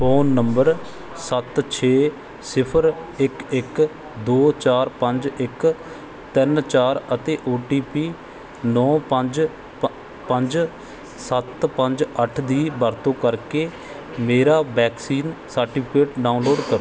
phone number ਸੱਤ ਛੇ ਸਿਫ਼ਰ ਇੱਕ ਇੱਕ ਦੋ ਚਾਰ ਪੰਜ ਇੱਕ ਤਿੰਨ ਚਾਰ ਅਤੇ ਓ ਟੀ ਪੀ ਨੌਂ ਪੰਜ ਪ ਪੰਜ ਸੱਤ ਪੰਜ ਅੱਠ ਦੀ ਵਰਤੋਂ ਕਰਕੇ ਮੇਰਾ ਵੈਕਸੀਨ ਸਰਟੀਫਿਕੇਟ ਡਾਊਨਲੋਡ ਕਰੋ